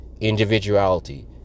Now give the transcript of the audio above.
Individuality